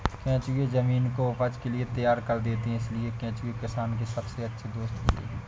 केंचुए जमीन को उपज के लिए तैयार कर देते हैं इसलिए केंचुए किसान के सबसे अच्छे दोस्त होते हैं